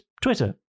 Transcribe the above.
Twitter